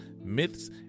myths